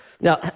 Now